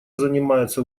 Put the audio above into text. занимаются